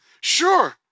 Sure